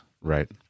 right